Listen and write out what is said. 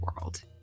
world